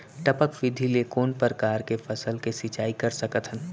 टपक विधि ले कोन परकार के फसल के सिंचाई कर सकत हन?